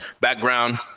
background